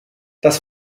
das